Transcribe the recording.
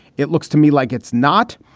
it looks to me like it's not.